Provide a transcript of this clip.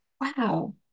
wow